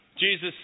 Jesus